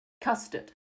custard